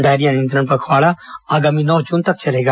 diarrhoea नियंत्रण पखवाडा आगामी नौ जुन तक चलेगा